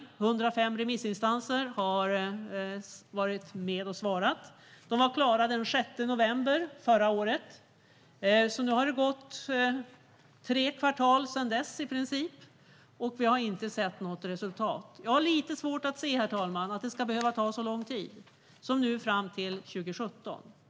105 remiss-instanser har svarat. De var klara den 6 november förra året. Det har alltså gått i princip tre kvartal sedan dess, och vi har inte sett något resultat. Jag har lite svårt att se att det ska behöva ta så lång tid som fram till 2017, herr talman.